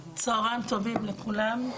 צוהריים טובים לכולם.